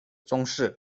宗室